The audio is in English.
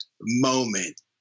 moment